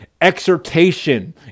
exhortation